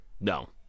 No